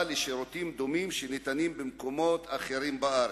לשירותים דומים שניתנים במקומות אחרים בארץ.